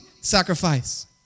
sacrifice